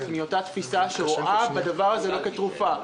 מאותה תפיסה שרואה בדבר הזה משהו שהוא לא תרופה.